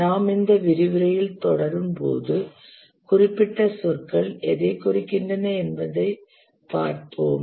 நாம் இந்த விரிவுரையில் தொடரும்போது குறிப்பிட்ட சொற்கள் எதைக் குறிக்கின்றன என்பதைப் பார்ப்போம்